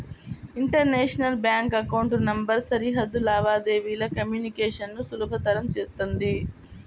international bank account number సరిహద్దు లావాదేవీల communication ను సులభతరం చేత్తుంది